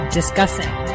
discussing